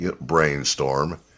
brainstorm